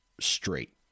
straight